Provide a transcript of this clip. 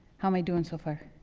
how am i doing so far?